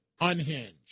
unhinged